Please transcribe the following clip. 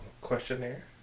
questionnaire